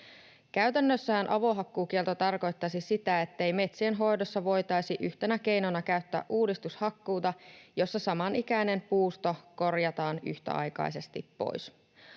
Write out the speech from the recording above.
Käytännössähän avohakkuukielto tarkoittaisi sitä, ettei metsien hoidossa voitaisi yhtenä keinona käyttää uudistushakkuuta, jossa samanikäinen puusto korjataan yhtäaikaisesti pois.